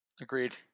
Agreed